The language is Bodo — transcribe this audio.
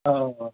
औ औ औ